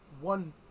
One